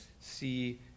see